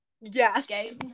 Yes